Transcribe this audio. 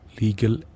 legal